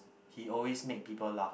he always make people laugh